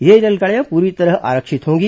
ये रेलगाडियां पूरी तरह आरक्षित होंगी